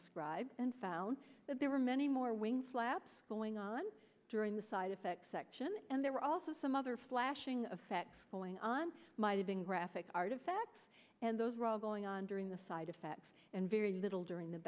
described and found that there were many more wing flaps going on during the side effects section and there were also some other flashing effect going on might have been graphic artifacts and those were all going on during the side effects and very little during the